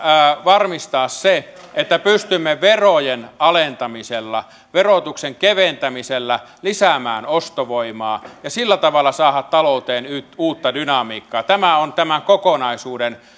varmistaa se että pystymme verojen alentamisella verotuksen keventämisellä lisäämään ostovoimaa ja sillä tavalla saamaan talouteen uutta dynamiikkaa tämä on tämän kokonaisuuden